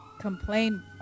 complain